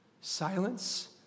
Silence